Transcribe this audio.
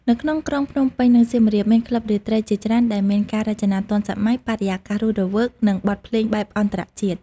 នៅក្នុងក្រុងភ្នំពេញ និងសៀមរាប មានក្លឹបរាត្រីជាច្រើនដែលមានការរចនាទាន់សម័យ បរិយាកាសរស់រវើក និងបទភ្លេងបែបអន្តរជាតិ។